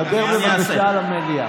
דבר, בבקשה, אל המליאה.